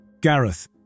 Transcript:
Gareth